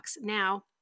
Now